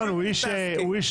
איתן,